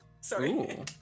Sorry